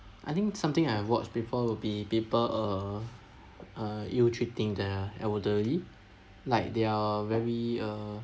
I think something I've watched before would be people uh uh ill treating their elderly like they're very uh